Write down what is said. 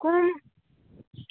କମ